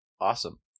awesome